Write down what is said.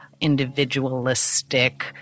individualistic